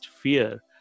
fear